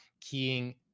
keying